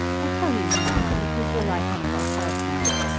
i tell you, you know, because you're like one of ourselves now.